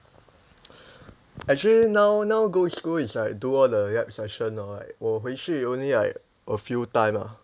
actually now now go school is like do all the lab session like 我回去 only like a few time ah